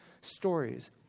stories